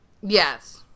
Yes